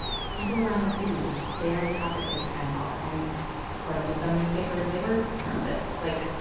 people around the city were staring up at this time ball. and according to some newspapers, they were nervous. like,